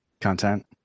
content